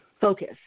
focus